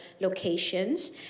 locations